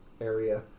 area